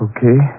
Okay